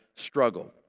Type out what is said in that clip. struggle